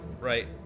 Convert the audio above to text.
Right